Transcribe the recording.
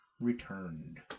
returned